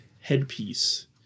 headpiece